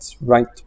right